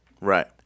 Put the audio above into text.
Right